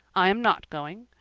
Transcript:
i am not going.